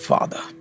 Father